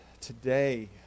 today